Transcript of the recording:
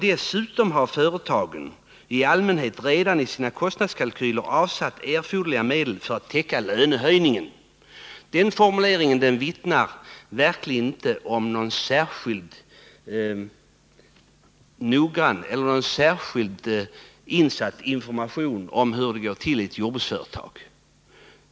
Dessutom har företagen i allmänhet redan i sina kostnadskalkyler avsatt erforderliga medel för att täcka löneökningarna.” Den formuleringen vittnar verkligen inte om någon särskild insikt i hur det går till i ett jordbruksföretag.